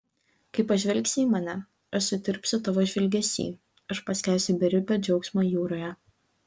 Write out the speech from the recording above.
kai pažvelgsi į mane aš sutirpsiu tavo žvilgesy aš paskęsiu beribio džiaugsmo jūroje